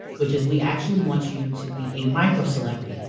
which is we actually want you to be a micro celebrity.